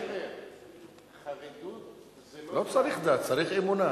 הרב אייכלר, חרדות זה, לא צריך דת, צריך אמונה.